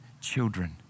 children